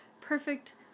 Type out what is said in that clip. Perfect